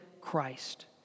Christ